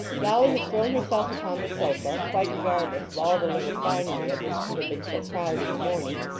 dolly had thrown herself upon the sofa, quite regardless of all the little finery of which she had been so proud in the morning,